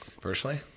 Personally